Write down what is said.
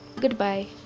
goodbye